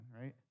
right